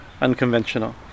unconventional